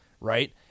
right